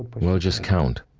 well, just count.